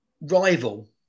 rival